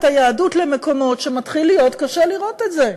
היהדות למקומות שמתחיל להיות קשה לראות את זה.